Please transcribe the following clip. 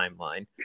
timeline